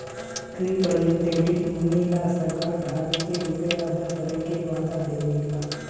representative money ला सरकार धारक के रुपिया अदा करे के वादा देवे ला